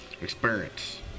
Experience